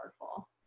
powerful